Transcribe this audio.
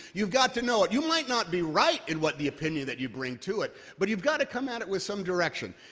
you've got to know it. you might be right in what the opinion that you bring to it, but you've got to come at it with some direction.